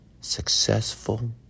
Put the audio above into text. successful